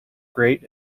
great